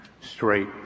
straight